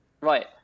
right